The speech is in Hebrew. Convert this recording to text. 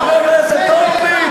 חבר הכנסת הורוביץ,